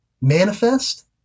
manifest